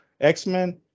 X-Men